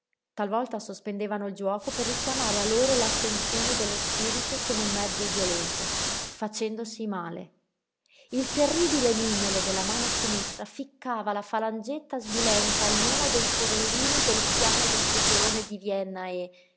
talvolta sospendevano il giuoco per richiamare a loro l'attenzione dello spirito con un mezzo violento facendosi male il terribile mignolo della mano sinistra ficcava la falangetta sbilenca in uno dei forellini del piano del seggiolone di vienna e